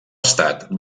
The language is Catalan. estat